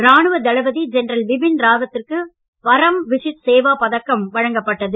ராணுவ தளபதி ஜெனரல் பிபின் ராவத் திற்கு பரம் விஷிஷ்ட் சேவா பதக்கம் வழங்கப்பட்டது